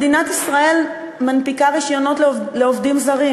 מדינת ישראל מנפיקה רישיונות לעובדים זרים.